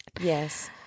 Yes